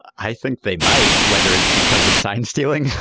i think they might. whether it's because of sign stealing.